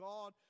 God